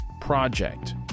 Project